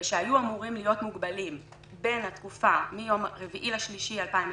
שהיו אמורים להיות מוגבלים בין התקופה מיום ה-4 למרץ 2020,